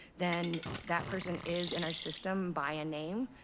then that person is in our system by a name.